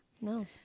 No